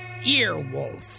Earwolf